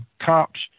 cops